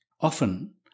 Often